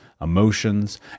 emotions